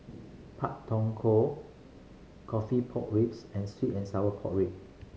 Pak Thong Ko coffee pork ribs and sweet and sour pork rib